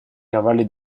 cavalli